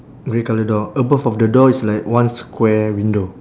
grey colour door above of the door is like one square window